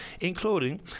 including